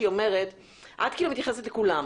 את כאילו מתייחסת לכולם,